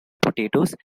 potatoes